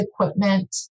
equipment